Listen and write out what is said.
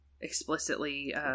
explicitly